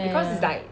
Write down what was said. ya ya ya ya